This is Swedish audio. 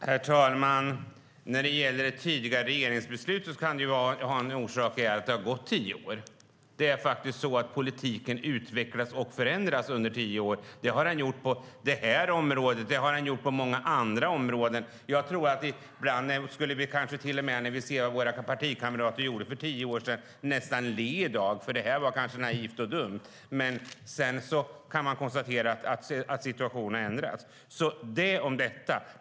Herr talman! När det gäller det tidigare regeringsbeslutet kan det ha sin orsak i att det har gått tio år. Politiken utvecklas och förändras under tio år. Det har den gjort på detta område och på många andra områden. Ibland borde vi till och med när vi ser vad våra partikamrater gjorde för tio år sedan nästan le i dag, för det var kanske naivt och dumt. Men sedan kan man konstatera att situationen har ändrats. Det är vad jag har att säga om detta.